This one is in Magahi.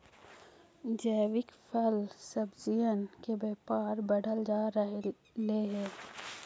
जैविक फल सब्जियन के व्यापार बढ़ल जा रहलई हे